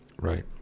right